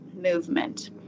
movement